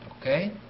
Okay